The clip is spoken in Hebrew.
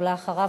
ואחריו,